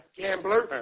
gambler